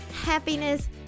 happiness